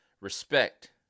respect